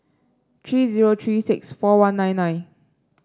three zero three six four one nine nine